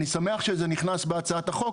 אני שמח שזה נכנס בהצעת החוק,